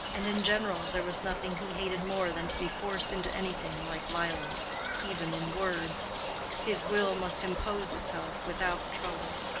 and in general, there was nothing he hated more than to be forced into anything like violence even in words his will must impose itself without trouble.